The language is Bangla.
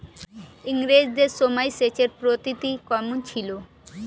ইঙরেজদের সময় সেচের পদ্ধতি কমন ছিল?